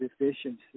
deficiency